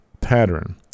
pattern